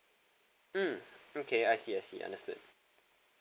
mm okay I see I see understood